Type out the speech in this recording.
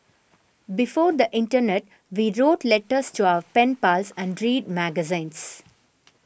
before the internet we wrote letters to our pen pals and read magazines